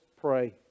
pray